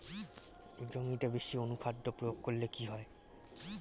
জমিতে বেশি অনুখাদ্য প্রয়োগ করলে কি হয়?